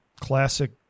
classic